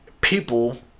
people